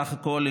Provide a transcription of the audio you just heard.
בסך הכול,